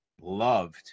loved